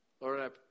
Lord